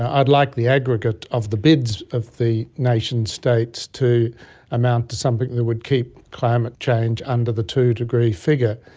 i'd like the aggregate of the bids of the nation states to amount to something that would keep climate change under the two-degree figure.